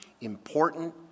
important